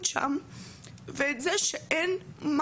לדווח לאפליקציה, דיווחנו.